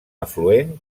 afluent